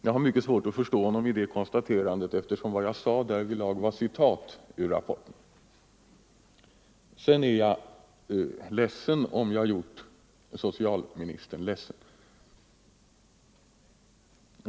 Jag har mycket svårt att förstå det konstaterandet — vad jag sade därvidlag var citat ur rapporten. Jag är ledsen om jag gjort socialministern ledsen.